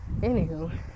Anywho